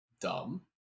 dumb